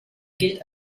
gilt